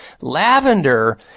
lavender